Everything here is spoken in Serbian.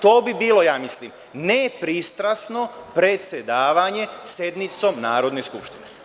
To bi bilo, ja mislim nepristrasno predsedavanje sednicom Narodne skupštine.